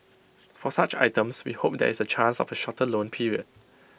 for such items we hope there is A chance of A shorter loan period